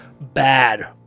bad